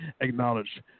acknowledge